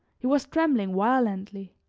he was trembling violently.